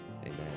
Amen